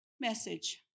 message